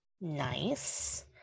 nice